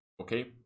okay